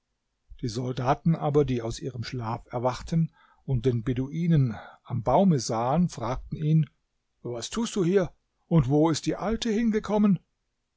die soldaten aber die aus ihrem schlaf erwachten und den beduinen am baume sahen fragten ihn was tust du hier und wo ist die alte hingekommen